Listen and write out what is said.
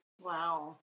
Wow